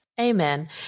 Amen